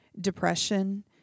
depression